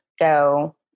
go